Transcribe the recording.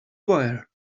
wire